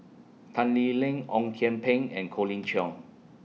Tan Lee Leng Ong Kian Peng and Colin Cheong